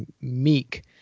meek